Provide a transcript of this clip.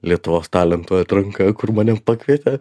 lietuvos talentų atranka kur mane pakvietė